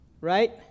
right